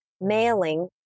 mailing